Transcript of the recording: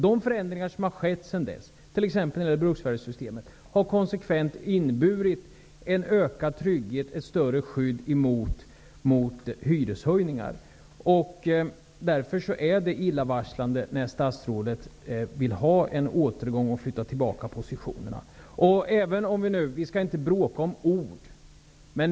De förändringar som har skett, t.ex. införandet av bruksvärdessystemet, har konsekvent inneburit en ökad trygghet och ett större skydd mot hyreshöjningar. Därför är det illavarslande att statsrådet vill ha en återgång och flytta tillbaka positionerna. Vi skall inte bråka om ord här.